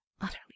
utterly